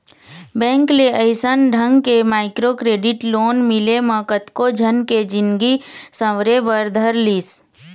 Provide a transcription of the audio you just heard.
bank ले अइसन ढंग के माइक्रो क्रेडिट लोन मिले म कतको झन के जिनगी सँवरे बर धर लिस